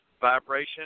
vibration